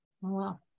wow